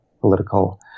political